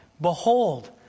Behold